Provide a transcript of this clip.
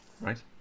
Right